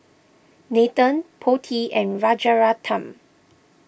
Nathan Potti and Rajaratnam